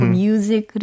music